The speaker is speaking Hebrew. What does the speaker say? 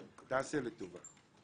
תעשה לי טובה,